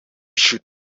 should